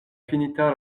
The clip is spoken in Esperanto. finita